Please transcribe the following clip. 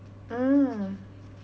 mm